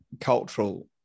cultural